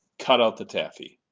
cut out the taffy.